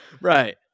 Right